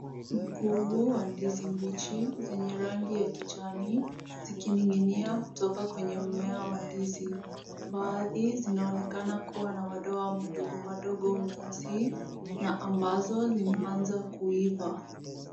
Mkungu wa ndizi mbichi zenye rangi ya kijani zikining'inia kutoka kwenye mmea wa ndizi. Baadhi zinaonekana kuwa na madoa madogo madogo meusi na ambazo zinaanza kuiva.